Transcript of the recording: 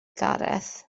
gareth